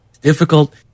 difficult